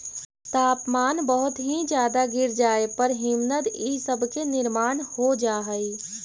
तापमान बहुत ही ज्यादा गिर जाए पर हिमनद इ सब के निर्माण हो जा हई